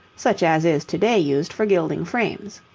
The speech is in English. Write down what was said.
such as is to-day used for gilding frames.